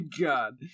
God